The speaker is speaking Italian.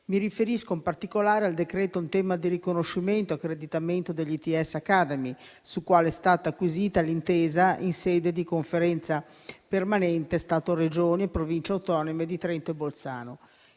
Mi riferisco in particolare al decreto in tema di riconoscimento e accreditamento degli ITS Academy, sul quale è stata acquisita l'intesa in sede di Conferenza permanente Stato, Regioni e Province autonome di Trento e Bolzano.